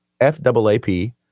FAAP